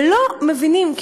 ולא מבינים.